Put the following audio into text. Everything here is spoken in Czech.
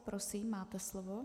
Prosím, máte slovo.